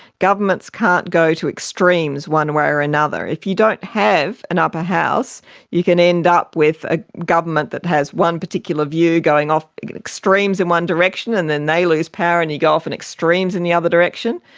governments can't go to extremes one way or another. if you don't have an upper house you can end up with a government that has one particular view going off, in extremes in one direction and then they lose power and you go off in and extremes in the other direction.